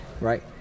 Right